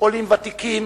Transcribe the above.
עולים וותיקים,